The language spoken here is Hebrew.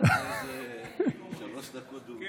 אני